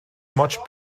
much